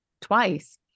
twice